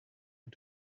und